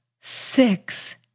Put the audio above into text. six